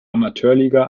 amateurliga